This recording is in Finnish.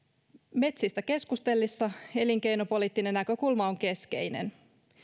metsistä keskusteltaessa elinkeinopoliittinen näkökulma on keskeinen